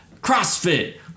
CrossFit